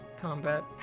combat